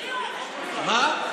מה?